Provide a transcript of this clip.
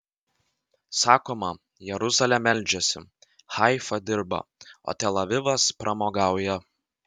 sakoma jeruzalė meldžiasi haifa dirba o tel avivas pramogauja